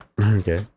Okay